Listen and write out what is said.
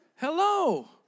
Hello